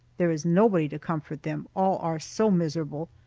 there is nobody to comfort them all are so miserable.